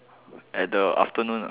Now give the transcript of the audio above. at the afternoon